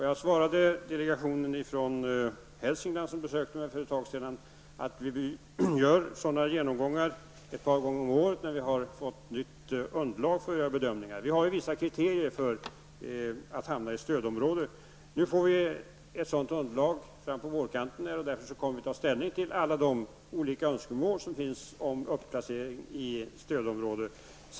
Jag svarade den delegation från Hälsingland som besökte mig för ett tag sedan att vi gör sådana genomgångar ett par gånger om året när vi har fått nytt underlag för att göra bedömningar. Det finns vissa kriterier för att placera in ett område i stödområdet. Fram på vårkanten får vi ett sådant underlag. Då kommer vi att ta ställning till alla olika önskemål som finns om inplacering i stödområde.